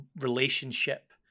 relationship